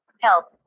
Help